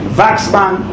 vaxman